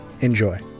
Enjoy